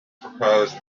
proposed